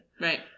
Right